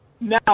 now